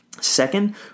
Second